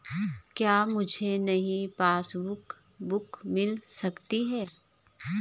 क्या मुझे नयी पासबुक बुक मिल सकती है?